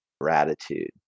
gratitude